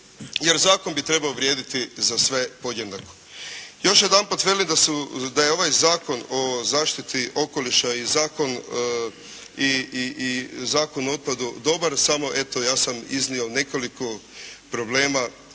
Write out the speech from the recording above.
Jer zakon bi trebao vrijediti za sve podjednako. Još jedanput velim da je ovaj Zakon o zaštiti okoliša i Zakon o otpadu dobar, samo eto ja sam iznio nekoliko problema